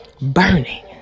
burning